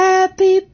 Happy